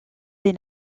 des